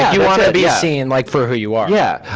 you wanna be seen like for who you are. yeah